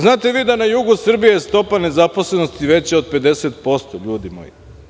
Znate li vi da na jugu Srbije, stopa nezaposlenosti je veća od 50 posto, ljudi moji?